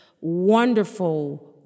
wonderful